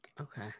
Okay